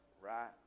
right